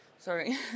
Sorry